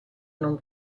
non